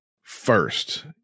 first